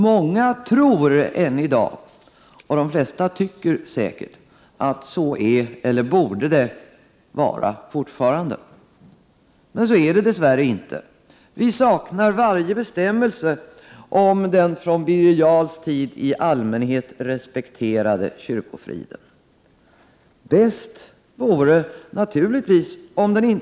Många tror att det är så — och de flesta tycker säkert att så är eller borde det vara fortfarande. Så är det dess värre inte. Vi saknar varje bestämmelse om den från Birger Jarls tid i allmänhet respekterade kyrkofriden. Bäst vore naturligtvis om det inte Prot.